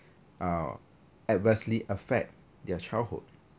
uh adversely affect their childhood